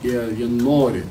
jie jie nori